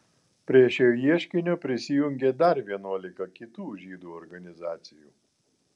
prie šio ieškinio prisijungė dar vienuolika kitų žydų organizacijų